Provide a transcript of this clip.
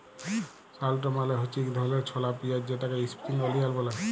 shallot মালে হছে ইক ধরলের ছলা পিয়াঁইজ যেটাকে ইস্প্রিং অলিয়াল ব্যলে